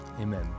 Amen